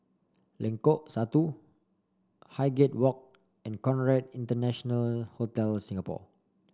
Lengkok Satu Highgate Walk and Conrad International Hotel Singapore